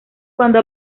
cuando